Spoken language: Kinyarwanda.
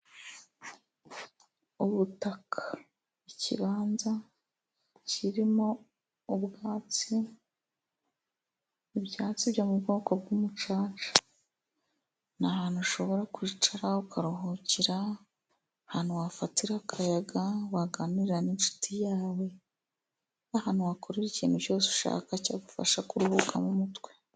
Ubutaka，ikibanza kirimo ubwatsi，ibyatsi byo mubwoko bw’umucaca，ni ahantu ushobora kwicara，ukaruhukira，ahantu wafatira akayaga waganirira n'inshuti yawe，ahantu wakorera ikintu cyose ushaka cyagufasha kuruhuka mu mutwe.